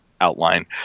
outline